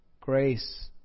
grace